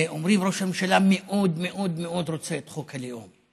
אומרים שראש הממשלה מאוד מאוד רוצה את חוק הלאום.